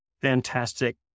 fantastic